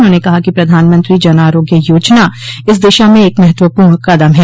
उन्होंने कहा कि प्रधानमंत्री जन आरोग्य योजना इस दिशा में एक महत्वपूर्ण कदम है